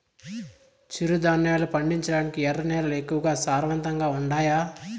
చిరుధాన్యాలు పండించటానికి ఎర్ర నేలలు ఎక్కువగా సారవంతంగా ఉండాయా